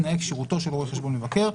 תנאי כשירותו של רואה חשבון מבקר,